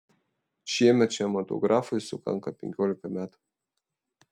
šiemet šiam autografui sukanka penkiolika metų